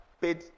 paid